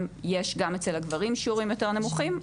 יש גם אצל הגברים שיעורים יותר נמוכים,